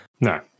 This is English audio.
No